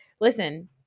Listen